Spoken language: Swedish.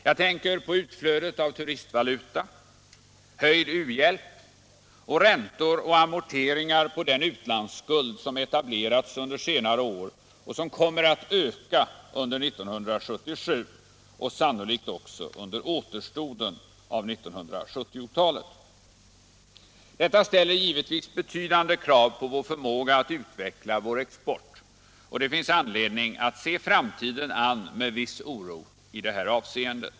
Jag tänker på utflödet av turistvaluta, höjd u-hjälp och räntor och amorteringar på den utlands skuld som etablerats under senare år och som kommer att öka under 1977 och sannolikt också under återstoden av 1970-talet. Detta ställer givetvis betydande krav på vår förmåga att utveckla vår export, och det finns anledning att se framtiden an med viss oro i det här avseendet.